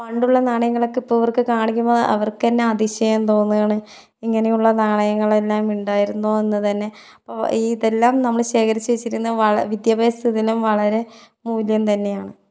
പണ്ടുള്ള നാണയങ്ളളൊക്കെ ഇവർക്ക് കാണിക്കുമ്പോൾ അവർക്ക് തന്നെ അതിശയം തോന്നുകയാണ് ഇങ്ങനെയുള്ള നാണയങ്ങളെല്ലാം ഉണ്ടായിരുന്നൊ എന്ന് തന്നെ അപ്പോൾ ഇതെല്ലം നമ്മൾ ശേഖരിച്ചു വെച്ചിരുന്ന വ വിദ്യാഭ്യാസ സുദിനം വളരെ മൂല്യം തന്നെയാണ്